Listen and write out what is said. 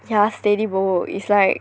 yeah steady bo is like